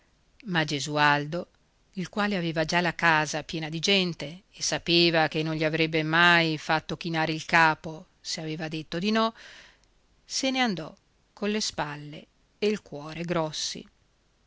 ma gesualdo il quale aveva già la casa piena di gente e sapeva che non gli avrebbe mai fatto chinare il capo se aveva detto di no se ne andò colle spalle e il cuore grossi